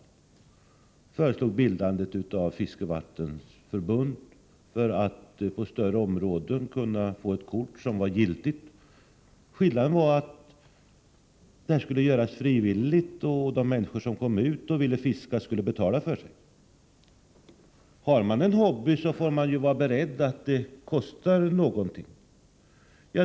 Vi föreslog bildandet av fiskevattensförbund för att människor skulle kunna få ett kort som var giltigt på större områden. Skillnaden var att detta skulle göras frivilligt. De människor som ville fiska skulle betala för sig. Har man en hobby, så får man naturligtvis vara beredd på att det kostar någonting.